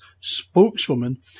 spokeswoman